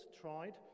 tried